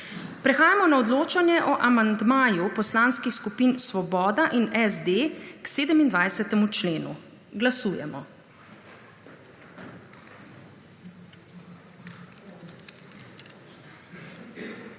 Prehajamo na odločanje o amandmaju Poslanskih skupin Svoboda in SD k 27. členu. Glasujemo.